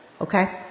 Okay